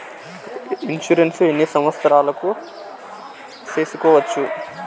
Insurance ఎన్ని సంవత్సరాలకు సేసుకోవచ్చు?